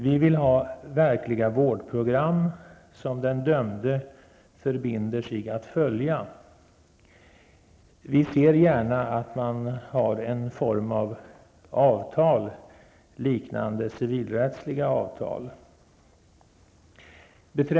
Vi vill ha verkliga vårdprogram, som den dömde förbinder sig att följa. Vi ser gärna att man har en form av avtal, liknande civilrättsliga avtal.